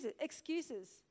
excuses